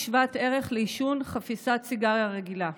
היא שוות ערך לעישון חפיסת סיגריה רגילה.